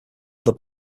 other